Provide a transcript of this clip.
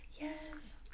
Yes